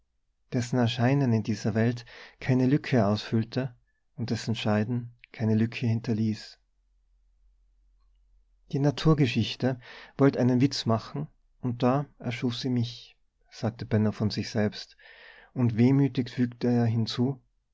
dessen erscheinen in dieser welt keine lücke ausfüllte und dessen scheiden keine lücke hinterließ die naturgeschichte wollt einen witz machen und da erschuf sie mich sagte benno von sich selbst und wehmütig fügte er hinzu